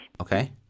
Okay